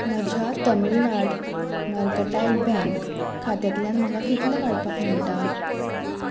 म्हज्या Tamilnad mercantile bank खात्यांतल्यान म्हाका कितले काडपाक मेळटा